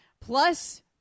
Plus